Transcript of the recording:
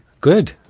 Good